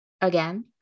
again